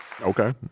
okay